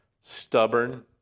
stubborn